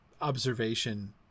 observation